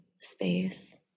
space